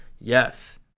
yes